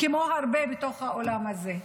כמו הרבה בתוך העולם הזה.